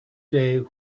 day